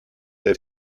der